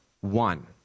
one